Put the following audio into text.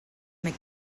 mac